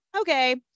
okay